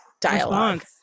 dialogue